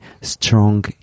strong